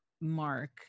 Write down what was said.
mark